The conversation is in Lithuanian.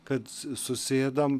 kad susėdam